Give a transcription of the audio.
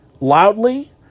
loudly